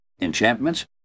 Enchantments